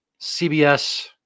CBS